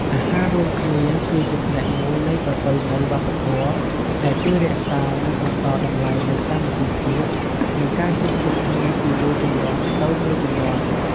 អាហាររួមគ្នាគឺជាផ្នែកមួយនៃប្រពៃណីវប្បធម៌ ដែលជួយរក្សា និងបន្តតម្លៃនៃសាមគ្គីភាព និងការជួបជុំគ្នាពីមួយជំនាន់ទៅមួយជំនាន់។